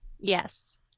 Yes